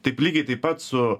taip lygiai taip pat su